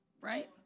Right